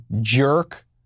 jerk